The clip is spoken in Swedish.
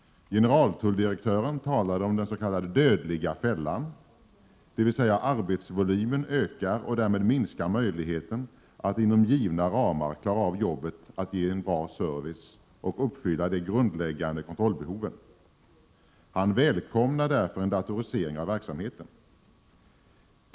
Generaltulldirektören talade om den s.k. dödliga fällan — dvs. att arbetsvolymen ökar och att möjligheterna därmed minskar att inom givna ramar klara av jobbet när det gäller att ge en bra service och att uppfylla de grundläggande kontrollbehoven. Generaltulldirektören välkomnar därför en datorisering av verksamheten.